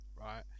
right